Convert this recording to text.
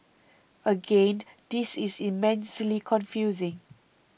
again this is immensely confusing